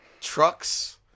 trucks